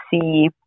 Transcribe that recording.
see